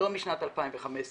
יש